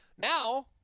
Now